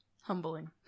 Humbling